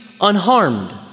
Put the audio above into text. unharmed